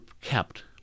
kept